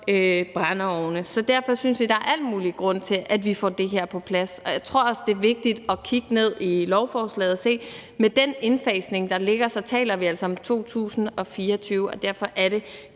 brændeovne. Derfor synes jeg, at der er al mulig grund til, at vi får det her på plads. Jeg tror også, det er vigtigt at kigge i lovforslaget og se, at med den indfasning, der ligger, taler vi altså om 2024. Derfor er det